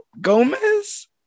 Gomez